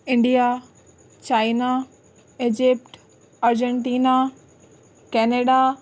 India China Egypt Argentina Canada